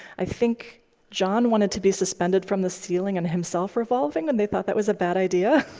i think john wanted to be suspended from the ceiling and himself revolving, and they thought that was a bad idea.